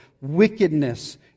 wickedness